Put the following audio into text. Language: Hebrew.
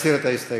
מסיר את ההסתייגות.